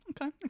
Okay